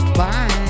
bye